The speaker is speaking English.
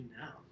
now